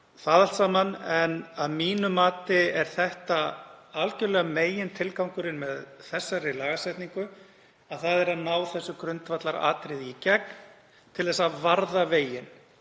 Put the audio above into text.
að breyta lögum en að mínu mati er það algerlega megintilgangurinn með þessari lagasetningu að ná þessu grundvallaratriði í gegn til þess að varða veginn.